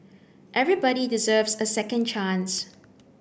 everybody deserves a second chance